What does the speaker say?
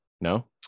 no